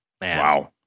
Wow